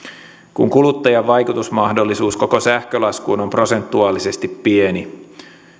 kun kuluttajan vaikutusmahdollisuus koko sähkölaskuun on prosentuaalisesti pieni